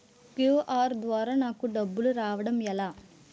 QR ద్వారా నాకు డబ్బులు రావడం ఎలా?